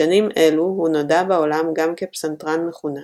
בשנים אלו הוא נודע בעולם גם כפסנתרן מחונן,